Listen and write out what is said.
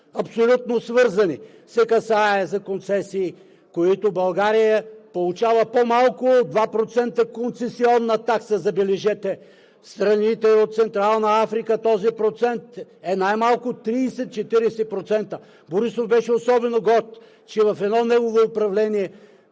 абсолютно свързани, касае се за концесии, по които България получава по-малко от 2% концесионна такса, забележете! В страните от Централна Африка този процент е най-малко 30 – 40%. Борисов беше особено горд, че в едно негово управление